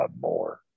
more